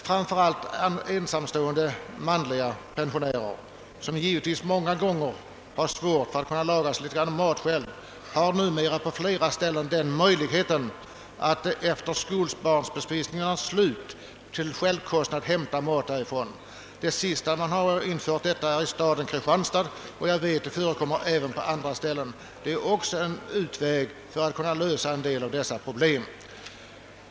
Framför allt ensamstående manliga pensionärer, som givetvis många gånger har svårt att laga sig litet mat själva, har numera på flera ställen möjlighet att efter skolbespisningarnas slut till självkostnadspris hämta mat därifrån. Det sista ställe där man infört detta är i staden Kristianstad, och jag vet att det också förekommer på andra ställen. Det är också ett sätt att lösa en del av dessa problem.